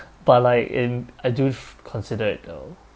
but like in I do f~ consider it though